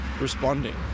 responding